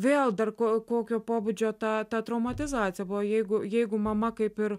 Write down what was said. vėl dar ko kokio pobūdžio ta traumatizacija buvo jeigu jeigu mama kaip ir